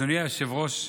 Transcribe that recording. אדוני היושב-ראש,